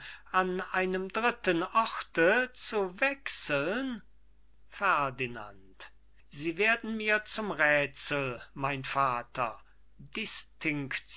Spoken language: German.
an einem dritten orte zu wechseln ferdinand sie werden mir zum räthsel mein vater